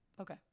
okay